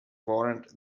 warrant